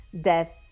death